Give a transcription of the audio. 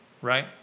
Right